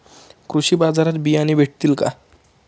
कृषी बाजारात बियाणे भेटतील का?